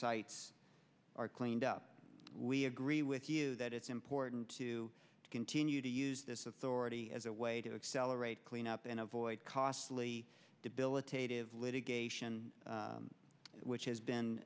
sites are cleaned up we agree with you that it's important to continue to use this authority as a way to accelerate cleanup and avoid costly debilitate of litigation which has